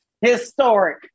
Historic